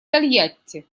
тольятти